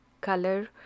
color